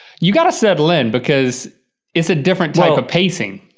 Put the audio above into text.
you got to settle in because it's a different type of pacing.